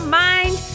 mind